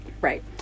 Right